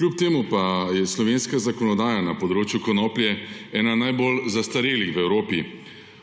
Kljub temu pa je slovenska zakonodaja na področju konoplje ena najbolj zastarelih v Evropi.